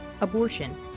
abortion